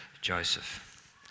Joseph